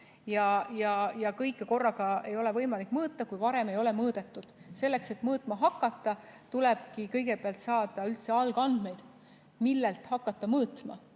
Ja kõike korraga ei ole võimalik mõõta, kui varem ei ole mõõdetud. Selleks et mõõtma hakata, tulebki kõigepealt saada algandmeid, millelt hakata mõõtma,